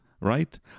right